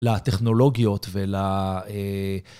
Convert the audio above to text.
לטכנולוגיות ולאהה...